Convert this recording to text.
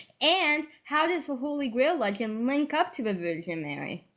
and how does the holy grail i can link up to the virgin mary?